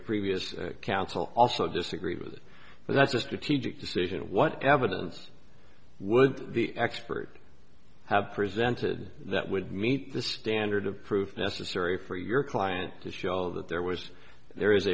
previous counsel also disagree with it but that's a strategic decision what evidence would the expert have presented that would meet the standard of proof necessary for your client to show that there was there is